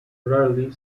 rarely